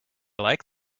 like